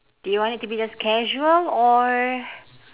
do you want it to be just casual or